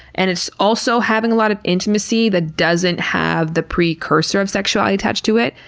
and it's also having a lot of intimacy that doesn't have the pre-cursor of sexuality attached to it.